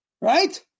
Right